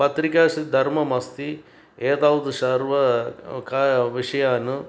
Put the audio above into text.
पत्रिका स् धर्ममस्ति एतावद् सर्वान् ख विषयान्